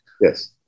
Yes